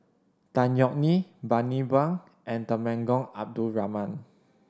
Tan Yeok Nee Bani Buang and Temenggong Abdul Rahman